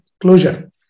closure